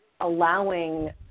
allowing